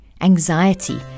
anxiety